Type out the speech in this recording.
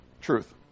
truth